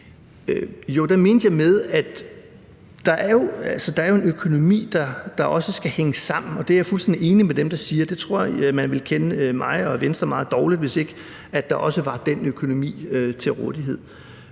med det mente jeg, at der jo er en økonomi, der også skal hænge sammen, og der er jeg fuldstændig enig med dem der siger det; jeg tror, at man ville kende Venstre mig meget dårligt, hvis ikke der også var den økonomi til rådighed.